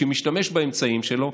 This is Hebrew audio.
שמשתמש באמצעים שלו,